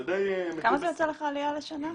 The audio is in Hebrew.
זה די --- כמה זה יוצא לך העלייה לשנה?